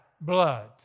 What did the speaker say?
blood